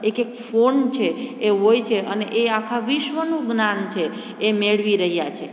એક એક ફોન છે એ હોય છે અને એ આખા વિશ્વનું જ્ઞાન છે એ મેળવી રહ્યા છે